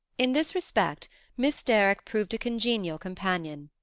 in this respect miss derrick proved a congenial companion.